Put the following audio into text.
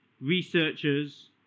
researchers